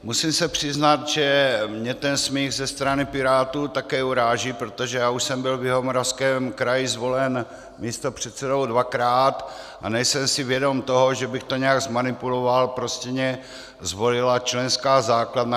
Musím se přiznat, že mě ten smích ze strany Pirátů také uráží, protože já už jsem byl v Jihomoravském kraji zvolen místopředsedou dvakrát a nejsem si vědom toho, že bych to nějak zmanipuloval, prostě mě zvolila členská základna.